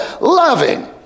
loving